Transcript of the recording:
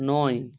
নয়